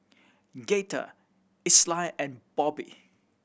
Gaither Isai and Bobbi